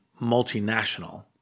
multinational